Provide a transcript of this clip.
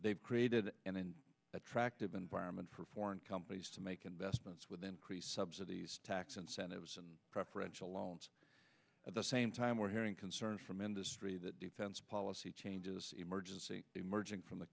they've created and then attractive environment for foreign companies to make investments with increased subsidies tax incentives and preferential loans at the same time we're hearing concerns from industry that defense policy changes emergency emerging from the